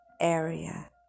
area